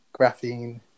graphene